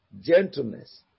gentleness